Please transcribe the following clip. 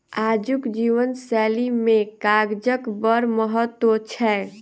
आजुक जीवन शैली मे कागजक बड़ महत्व छै